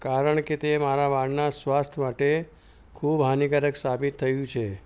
કારણ કે તે મારા વાળનાં સ્વાસ્થ્ય માટે ખૂબ હાનિકારક સાબિત થયું છે